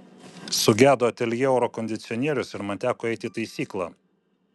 sugedo ateljė oro kondicionierius ir man teko eiti į taisyklą